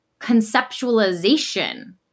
conceptualization